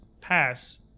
pass